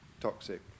toxic